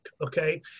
okay